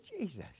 Jesus